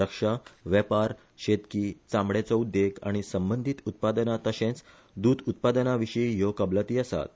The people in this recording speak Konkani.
रक्षा वेपार शेतकी चामडयाचो उद्देग आनी संबंधीत उत्पादना तशेच दूध उत्पादना विशी ह्यो कबलाती आसात